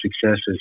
successes